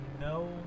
no